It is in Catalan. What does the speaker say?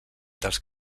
dels